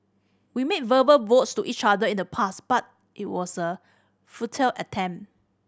we made verbal vows to each other in the past but it was a futile attempt